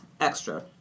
extra